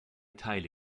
teile